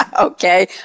Okay